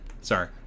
Sorry